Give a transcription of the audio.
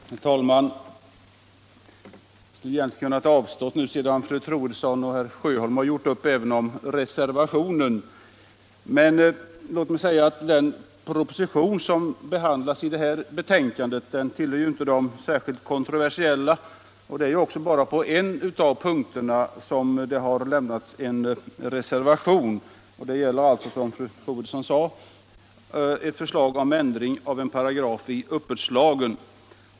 Herr talman! Jag hade egentligen kunnat avstå från att yttra mig nu sedan fru Tredsson och herr Sjöholm har gjort upp även om reservationen. Men låt mig ändå säga några ord. Den proposition som behandlas i föreliggande betänkande tillhör inte de kontroversiella. Det är också bara på en av punkterna som det avgivits en reservation, och den gäller, som fru Troedsson sade, ett förslag om ändring av en paragraf i uppbördslagen.